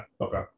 okay